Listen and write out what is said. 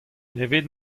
evit